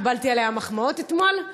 קיבלתי עליה מחמאות אתמול,